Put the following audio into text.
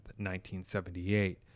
1978